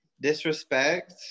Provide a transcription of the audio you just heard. disrespect